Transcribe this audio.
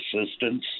assistance